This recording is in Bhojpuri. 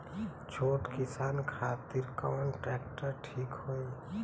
छोट किसान खातिर कवन ट्रेक्टर ठीक होई?